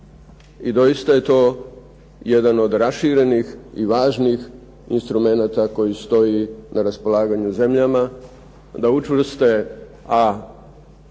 I doista je to jedan od raširenih i važnih instrumenata koji stoji na raspolaganju zemljama da učvrste